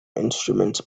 instruments